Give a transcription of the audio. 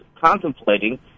contemplating